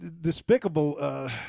despicable